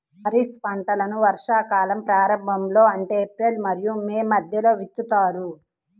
ఖరీఫ్ పంటలను వర్షాకాలం ప్రారంభంలో అంటే ఏప్రిల్ మరియు మే మధ్యలో విత్తుతారు